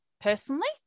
personally